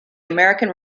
american